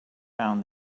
found